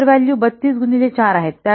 तर व्हॅल्यू 32 गुणिले 4 आहेत